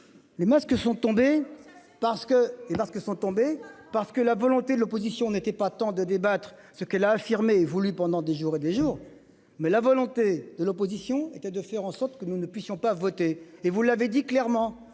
et parce que sont tombés parce que la volonté de l'opposition n'était pas temps de débattre ce qu'elle a affirmé voulu pendant des jours et des jours, mais la volonté de l'opposition était de faire en sorte que nous ne puissions pas voter et vous l'avez dit clairement,